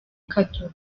ikaduha